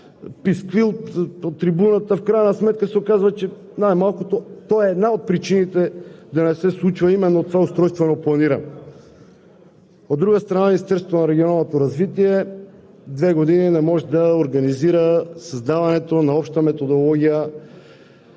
пасквил от трибуната, а в крайна сметка се оказва, че той най-малкото е една от причините да не се случва именно това устройствено планиране. От друга страна, Министерството на регионалното развитие две години не може да организира създаването на обща методология,